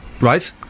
Right